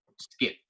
skip